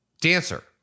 Dancer